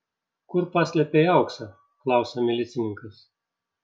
kur paslėpei auksą klausia milicininkas